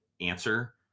answer